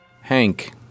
Hank